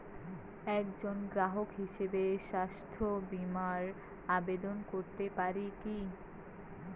একজন গ্রাহক হিসাবে স্বাস্থ্য বিমার আবেদন করতে পারি কি?